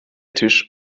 tisch